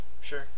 Sure